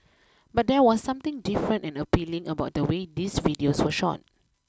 but there was something different and appealing about the way these videos were shot